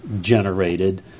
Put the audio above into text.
generated